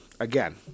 Again